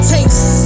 Taste